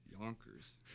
Yonkers